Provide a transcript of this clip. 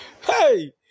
Hey